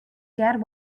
dad